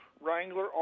Wrangler